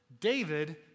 David